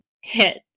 hit